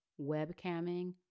webcamming